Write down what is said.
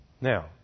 Now